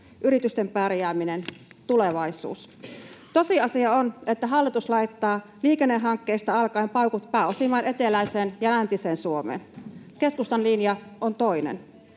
yritysten pärjääminen, tulevaisuus. Tosiasia on, että hallitus laittaa liikennehankkeista alkaen paukut pääosin vain eteläiseen ja läntiseen Suomeen. [Eduskunnasta: